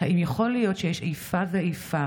האם יכול להיות שיש איפה ואיפה